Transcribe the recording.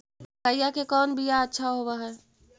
मकईया के कौन बियाह अच्छा होव है?